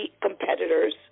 competitors